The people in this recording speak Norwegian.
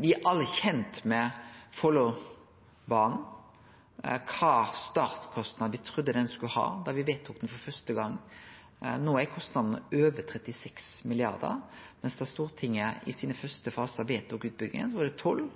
Me er alle kjende med Follobanen og kva startkostnad me trudde han skulle ha da me vedtok han for første gong. No er kostnadene på over 36 mrd. kr, mens da Stortinget i dei første fasane vedtok utbygginga, var det